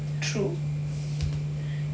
true